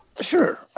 Sure